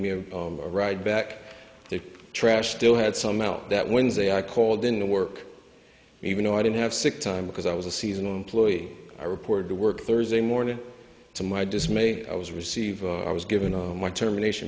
me a ride back there trash still had some out that wednesday i called in to work even though i didn't have sick time because i was a seasonal employee i reported to work thursday morning to my dismay i was received i was given my termination